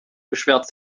beschwert